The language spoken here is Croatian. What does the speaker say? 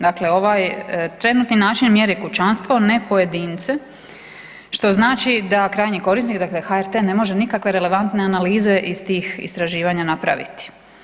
Dakle, ovaj trenutni način mjeri kućanstvo ne pojedince, što znači da krajnji korisnik dakle HRT ne može nikakve relevantne analize iz tih istraživanja napraviti.